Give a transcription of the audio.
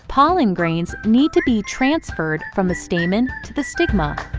pollen grains need to be transferred from the stamen to the stigma.